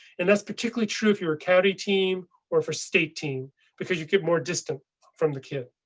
and that's particularly true if you're a county team or for state team because you get more distant from the kid.